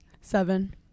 Seven